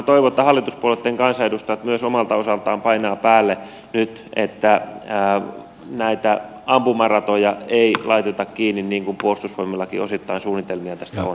minä toivon että hallituspuolueitten kansanedustajat myös omalta osaltaan painavat päälle nyt että näitä ampumaratoja ei laiteta kiinni niin kuin puolustusvoimillakin osittain suunnitelmia tästä on